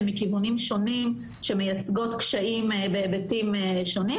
מכיוונים שונים שמייצגות קשיים בהיבטים שונים,